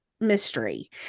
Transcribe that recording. mystery